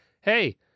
hey